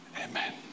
amen